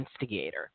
instigator